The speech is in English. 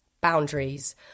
boundaries